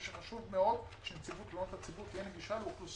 חשוב לנו מאוד שלשכת נציב תלונות הציבור תהיה נגישה לאוכלוסיות